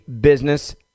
business